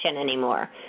anymore